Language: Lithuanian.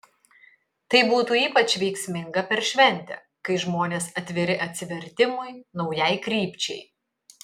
tai būtų ypač veiksminga per šventę kai žmonės atviri atsivertimui naujai krypčiai